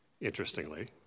interestingly